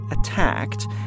attacked